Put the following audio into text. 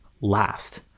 last